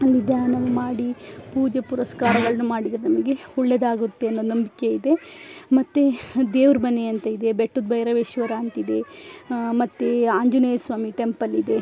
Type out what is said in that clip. ಅಲ್ಲಿ ಧ್ಯಾನ ಮಾಡಿ ಪೂಜೆ ಪುನಸ್ಕಾರಗಳನ್ನು ಮಾಡಿದರೆ ನಮಗೆ ಒಳ್ಳೇದಾಗುತ್ತೆ ಅನ್ನೋ ನಂಬಿಕೆ ಇದೆ ಮತ್ತೆ ದೇವರು ಮನೆಯಂತ ಇದೆ ಬೆಟ್ಟದ ಭೈರವೇಶ್ವರ ಅಂತಿದೆ ಮತ್ತು ಆಂಜನೇಯಸ್ವಾಮಿ ಟೆಂಪಲ್ಯಿದೆ